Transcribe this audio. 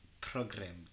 program